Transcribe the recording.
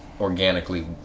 organically